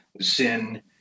sin